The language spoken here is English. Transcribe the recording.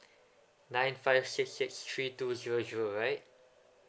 nine five six six three two zero zero right